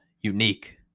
unique